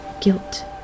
guilt